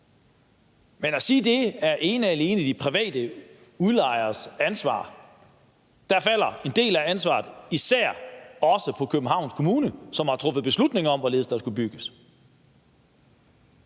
til at sige, at det ene og alene er de private udlejeres ansvar, vil jeg sige, at der falder en del af ansvaret især på Københavns Kommune, som har truffet beslutninger om, hvorledes der skulle bygges.